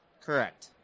Correct